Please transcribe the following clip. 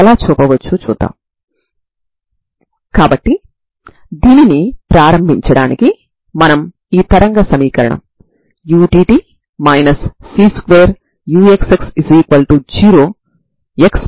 ఇవన్నీ సజాతీయ తరంగ సమీకరణానికి పరిష్కారాలు అవుతాయి